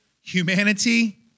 humanity